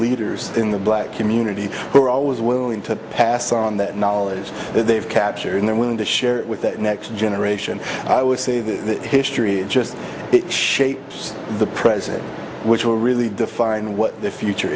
leaders in the black community who are always willing to pass on that knowledge that they've captured and they're willing to share it with that next generation i would say that that history just shapes the present which will really define what the future